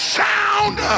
sound